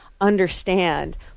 understand